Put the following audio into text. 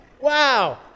Wow